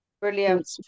Brilliant